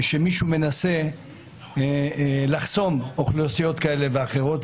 שמישהו מנסה לחסום אוכלוסיות כאלה ואחרות.